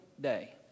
day